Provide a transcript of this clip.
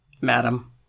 madam